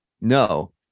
No